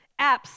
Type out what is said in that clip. apps